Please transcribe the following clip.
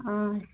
آں